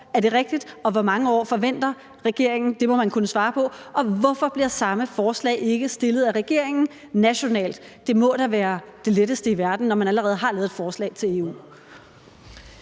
Er det rigtigt? Og hvor mange år forventer regeringen at det tager? Det må man kunne svare på. Og hvorfor bliver samme forslag ikke fremsat af regeringen nationalt? Det må da være det letteste i verden, når man allerede har lavet et forslag til EU.